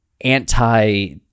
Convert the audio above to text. anti